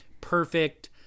perfect